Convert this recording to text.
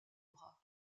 bras